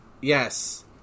Yes